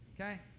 Okay